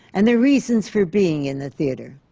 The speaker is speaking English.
and their reasons for being in the theatre.